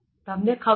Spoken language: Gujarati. તમને ખબર છે